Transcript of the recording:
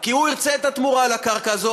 כי הוא ירצה את התמורה לקרקע הזאת.